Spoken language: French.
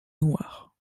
noirs